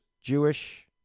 Jewish